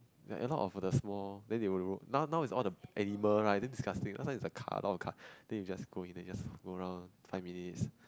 like a lot of the small then they will remote now now its all the animal right damn disgusting last time its the car all the car then you just go in and you just go around five minutes